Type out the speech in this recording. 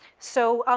so,